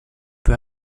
peu